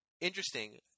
Interesting